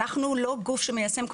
אנחנו לא גוף שמיישם,